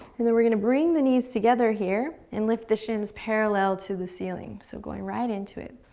and then we're gonna bring the knees together here and lift the shins parallel to the ceiling. so going right into it.